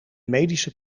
medische